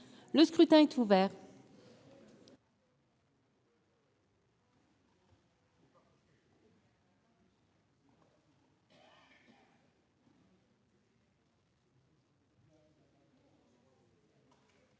Le scrutin est ouvert.